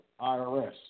IRS